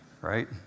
right